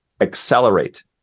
accelerate